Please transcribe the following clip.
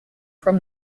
from